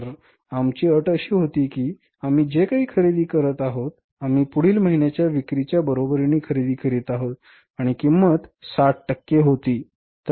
तर उदाहरणार्थ आमची अट अशी होती की आम्ही जे काही खरेदी करत आहोत आम्ही पुढील महिन्याच्या विक्रीच्या बरोबरीने खरेदी करीत आहोत आणि किंमत 60 टक्के होती